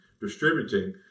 distributing